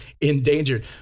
endangered